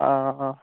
हां